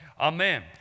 Amen